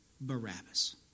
Barabbas